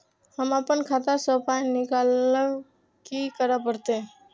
हम आपन खाता स पाय निकालब की करे परतै?